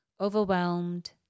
overwhelmed